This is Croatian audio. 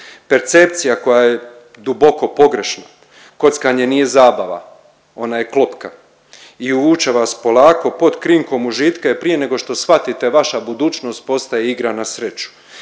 percepcija koja je duboko pogrešna. Kockanje nije zabava ona je klopka i uvuče vas polako pod krinkom užitka i prije nego što svatite vaša budućnost postaje igra na sreću.